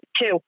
two